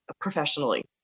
professionally